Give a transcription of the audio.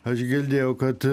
aš girdėjau kad